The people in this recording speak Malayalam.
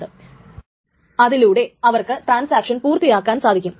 ഇനി x ൽ എഴുതിയതു പോലെ വരുകയാണെങ്കിൽ ഇതിന് വലിയ ടൈം സ്റ്റാമ്പ് കിട്ടും